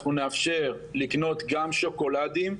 אנחנו נאפשר לקנות גם שוקולדים,